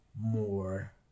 more